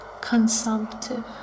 Consumptive